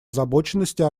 озабоченности